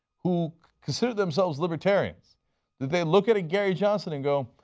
who consider themselves libertarians, do they look at a gary johnson and go,